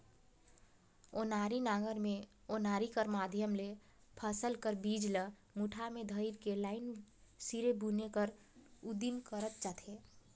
ओनारी नांगर मे ओनारी कर माध्यम ले फसिल कर बीज मन ल मुठा मे धइर के लाईन सिरे बुने कर उदिम करल जाथे